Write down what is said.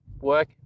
work